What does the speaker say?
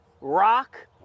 rock